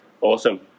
Awesome